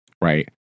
Right